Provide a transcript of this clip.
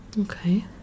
Okay